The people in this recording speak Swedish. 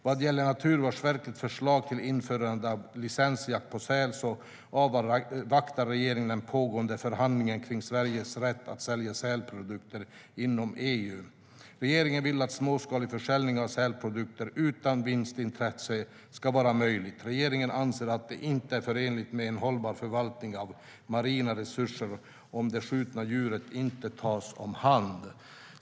Vad gäller Naturvårdsverkets förslag till införande av licensjakt på säl avvaktar regeringen den pågående förhandlingen kring Sveriges rätt att sälja sälprodukter inom EU. Regeringen vill att småskalig försäljning av sälprodukter utan vinstintresse ska vara möjlig. Regeringen anser att det inte är förenligt med en hållbar förvaltning av marina resurser om det skjutna djuret inte tas om hand.